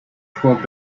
twelve